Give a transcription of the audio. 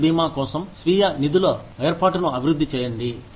ఆరోగ్య బీమా కోసం స్వీయ నిధుల ఏర్పాటును అభివృద్ధి చేయండి